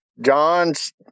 John's